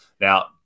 Now